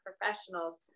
professionals